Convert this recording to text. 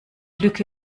lücke